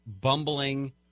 bumbling